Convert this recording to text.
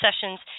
sessions